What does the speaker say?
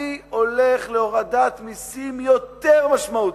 אני הולך להורדת מסים יותר משמעותית,